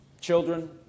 Children